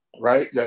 Right